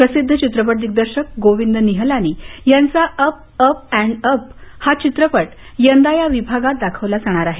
प्रसिद्ध चित्रपट दिग्दर्शक गोविंद निहलानी यांचा अप अप अँड अप हा चित्रपट यंदा या विभागात दाखवला जाणार आहे